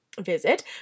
visit